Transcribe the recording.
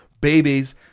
Babies